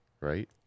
right